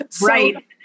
right